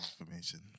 information